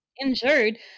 injured